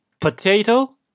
potato